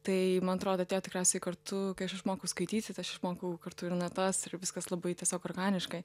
tai man atrodo atėjo tikriausiai kartu kai aš išmokau skaityti tai aš išmokau kartu ir natas ir viskas labai tiesiog organiškai